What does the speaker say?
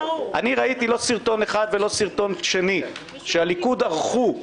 אני ראיתי לא סרטון אחד ולא שניים שהליכוד ערכו,